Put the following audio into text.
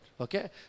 Okay